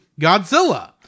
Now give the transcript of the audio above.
Godzilla